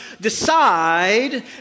decide